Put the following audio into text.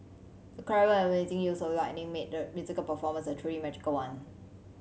the clever and amazing use of lighting made the musical performance a truly magical one